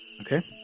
Okay